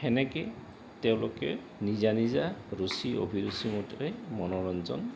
সেনেকে তেওঁলোকে নিজা নিজা ৰুচি অভিৰুচি মতেতে মনোৰঞ্জন